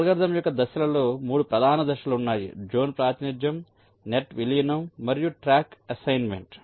algorithm యొక్క దశలలో 3 ప్రధాన దశలు ఉన్నాయి జోన్ ప్రాతినిధ్యం నెట్ విలీనం మరియు ట్రాక్ అసైన్మెంట్